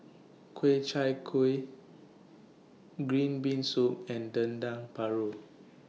Ku Chai Kuih Green Bean Soup and Dendeng Paru